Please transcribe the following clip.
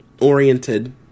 oriented